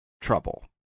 trouble